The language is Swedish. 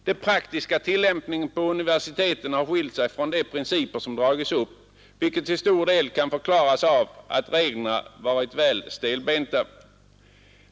Den praktiska tillämpningen på universiteten har skilt sig från de principer som har dragits upp, vilket till stor del kan förklaras av att reglerna varit väl stelbenta.